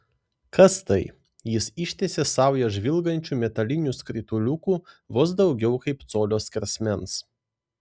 kas tai jis ištiesė saują žvilgančių metalinių skrituliukų vos daugiau kaip colio skersmens